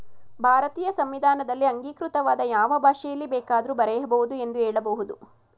ಭಾರತೀಯ ಸಂವಿಧಾನದಲ್ಲಿ ಅಂಗೀಕೃತವಾದ ಯಾವ ಭಾಷೆಯಲ್ಲಿ ಬೇಕಾದ್ರೂ ಬರೆಯ ಬಹುದು ಎಂದು ಹೇಳಬಹುದು